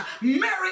Mary